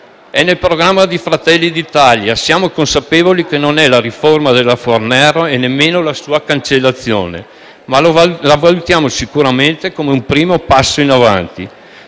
È nel programma di Fratelli d'Italia. Siamo consapevoli che non è la riforma della Fornero e nemmeno la sua cancellazione, ma la valutiamo sicuramente come un primo passo in avanti.